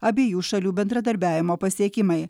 abiejų šalių bendradarbiavimo pasiekimai